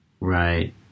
Right